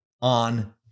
on